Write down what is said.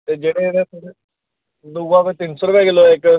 ते दूआ कोई तीन सौ रपेआ किलो न इक्क